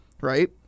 right